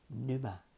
Numa